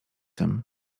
tym